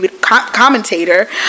commentator